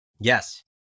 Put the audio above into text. Yes